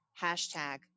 Hashtag